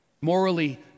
Morally